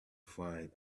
find